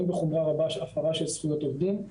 בחומרה רבה הפרה של זכויות עובדים,